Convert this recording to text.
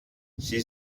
sie